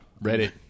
Ready